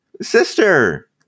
sister